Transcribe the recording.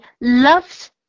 loves